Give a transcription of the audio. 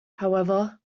however